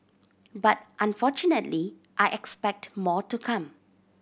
but unfortunately I expect more to come